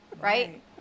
Right